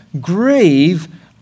grieve